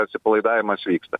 atsipalaidavimas vyksta